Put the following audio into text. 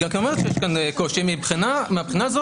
היא גם אומרת שיש כאן קושי מהבחינה הזאת